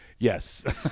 yes